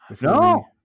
No